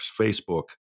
Facebook